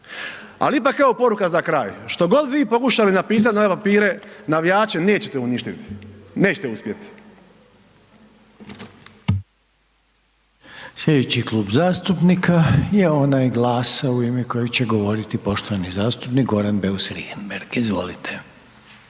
Al ipak evo poruka za kraj, što god vi pokušali napisat na ove papire, navijače nećete uništit, nećete uspjet.